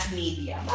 media